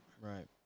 Right